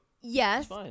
Yes